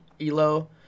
elo